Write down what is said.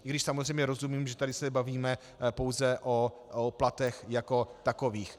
I když samozřejmě rozumím, že tady se bavíme pouze o platech jako takových.